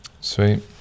sweet